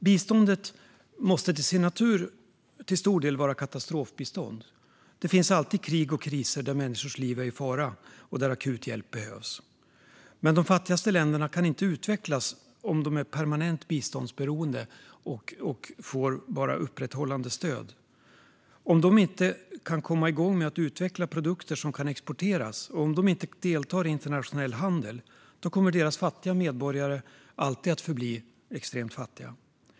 Biståndet måste till sin natur till stor del vara katastrofbistånd. Det finns alltid krig och kriser där människors liv är i fara och där akut hjälp behövs. Men de fattigaste länderna kan inte utvecklas om de är permanent biståndsberoende och bara får upprätthållande stöd. Om dessa länder inte kan komma igång med att utveckla produkter som kan exporteras och om de inte deltar i internationell handel kommer deras fattigaste medborgare att förbli extremt fattiga.